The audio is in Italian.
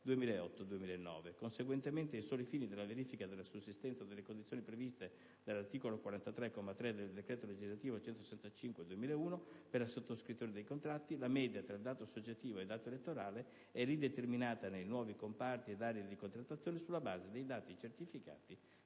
2008-2009. Conseguentemente, ai soli fini della verifica della sussistenza delle condizioni previste dall'articolo 43, comma 3, del decreto legislativo n. 165 del 2001, per la sottoscrizione dei contratti, la media tra dato associativo e dato elettorale è rideterminata nei nuovi comparti ed aree di contrattazione sulla base dei dati certificati